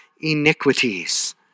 iniquities